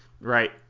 Right